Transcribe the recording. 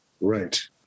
Right